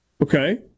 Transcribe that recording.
Okay